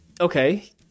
Okay